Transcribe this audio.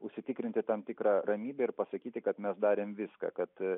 užsitikrinti tam tikrą ramybę ir pasakyti kad mes darėm viską kad